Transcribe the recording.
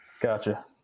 Gotcha